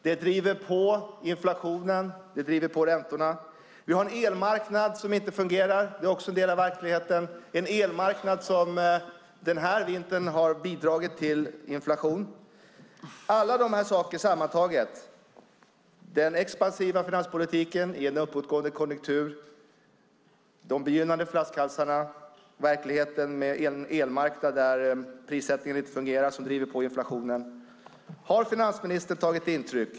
Det driver på inflationen. Det driver på räntorna. Vi har en elmarknad som inte fungerar. Det är också en del av verkligheten. Det är en elmarknad som den här vintern har bidragit till inflation. Har finansministern tagit intryck av alla de här sakerna sammantaget, den expansiva finanspolitiken i en uppåtgående konjunktur, de begynnande flaskhalsarna och verkligheten med en elmarknad där prissättningen inte fungerar och som driver på inflationen?